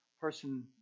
person